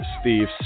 Steve